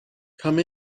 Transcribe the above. come